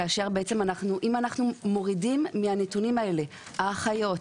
כאשר אם אנחנו מורידים מהנתונים האלה את האחיות,